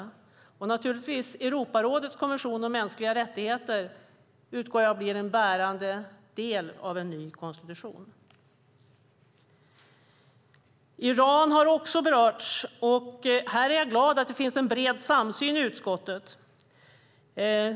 Naturligtvis utgår jag från att Europarådets konvention om mänskliga rättigheter blir en bärande del av en ny konstitution. Iran har också berörts. Jag är glad över att det finns en bred samsyn i utskottet.